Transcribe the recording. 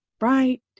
Right